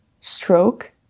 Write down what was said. stroke